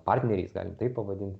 partneriais galim taip pavadinti